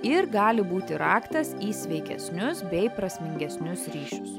ir gali būti raktas į sveikesnius bei prasmingesnius ryšius